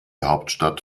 hauptstadt